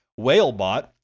Whalebot